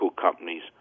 companies